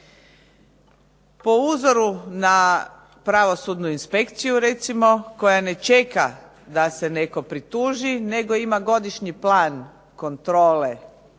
Po uzoru na pravosudnu inspekciju recimo koja ne čeka da se netko prituži nego ima godišnji plan kontrole,